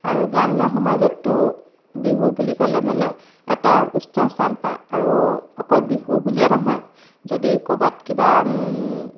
আৰু গ্ৰাম্য সমাজতটো বিহু বুলি ক'লে মানে এটা উচ্চ স্থান পায় আৰু অকল বিহু বুলিয়েই নহয় যদি ক'ৰবাত কিবা